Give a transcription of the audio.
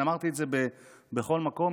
ואני אמרתי את זה בכל מקום,